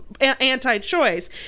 anti-choice